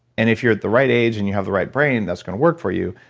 and if you're at the right age, and you have the right brain that's going to work for you,